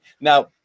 Now